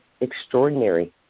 extraordinary